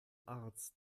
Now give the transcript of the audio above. arzt